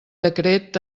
decret